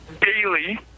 daily